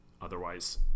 Otherwise